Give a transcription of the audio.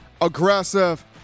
aggressive